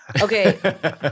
Okay